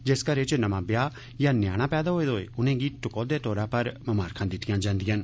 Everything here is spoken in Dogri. जिस घरे च नमां ब्याह् या न्याना पैदा होए दा होए उनेंगी टकोह्दी तौरा पर ममारखा दित्तियां जंदियां न